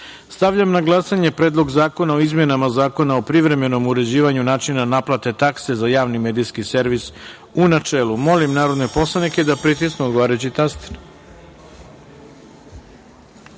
na glasanje Predlog zakona o izmenama Zakona o privremenom uređivanju načina naplate takse za javni medijski servis, u načelu. Molim narodne poslanike da pritisnu odgovarajući